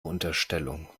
unterstellung